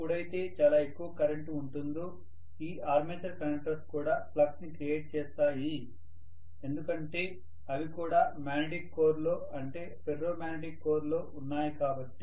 ఎప్పుడైతే చాలా ఎక్కువ కరెంటు ఉంటుందో ఈ ఆర్మేచర్ కండక్టర్స్ కూడా ఫ్లక్స్ ని క్రియేట్ చేస్తాయి ఎందుకంటే అవి కూడా మాగ్నెటిక్ కోర్ లో అంటే ఫెర్రో మాగ్నెటిక్ కోర్ లో ఉన్నాయి కాబట్టి